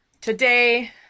today